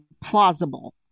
plausible